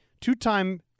two-time